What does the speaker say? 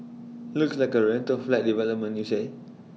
looks like A rental flat development you say